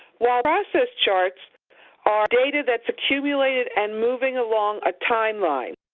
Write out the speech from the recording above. while process charts are data that's accumulated and moving along a timeline.